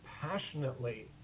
passionately